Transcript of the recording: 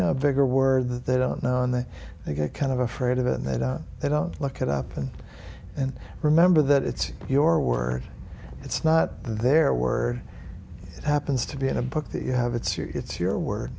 a bigger word that they don't know and they get kind of afraid of it and then they don't look it up and and remember that it's your word it's not their word it happens to be in a book that you have it's your